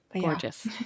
gorgeous